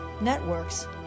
networks